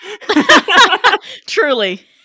Truly